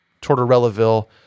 Tortorellaville